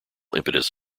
impetus